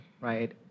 right